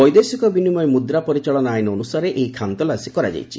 ବୈଦେଶିକ ବିନିମୟ ମୁଦ୍ରା ପରିଚାଳନା ଆଇନ୍ ଅନୁସାରେ ଏହି ଖାନତଲାସୀ କରାଯାଇଛି